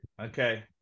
okay